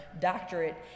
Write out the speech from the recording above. doctorate